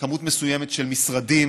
מספר מסוים של משרדים